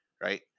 right